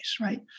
right